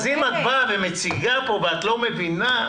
את באה ומציגה כאן ואת לא מבינה.